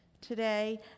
today